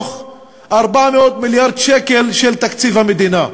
מתוך 400 מיליארד שקל של תקציב המדינה.